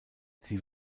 sie